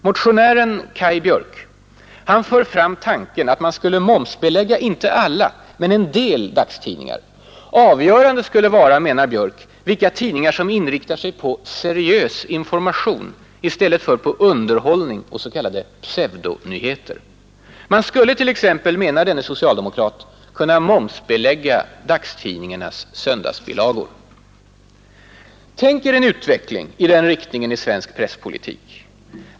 Motionären, Kaj Björk, för fram tanken att man skulle momsbelägga inte alla men en del dagstidningar. Avgörande skulle vara, menar Björk, vilka tidningar som inriktar sig på ”seriös information” i stället för på ”underhållning” och ”pseudonyheter”. Man skulle t.ex., menar denne socialdemokrat, kunna momsbelägga dagstidningarnas söndagsbilagor. Tänk er en utveckling i den riktningen i svensk presspolitik!